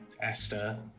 Esther